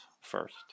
first